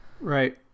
Right